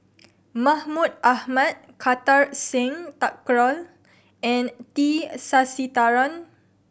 Mahmud Ahmad Kartar Singh Thakral and T Sasitharan